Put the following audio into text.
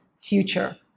future